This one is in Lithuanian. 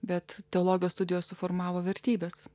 bet teologijos studijos suformavo vertybes